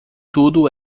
tudo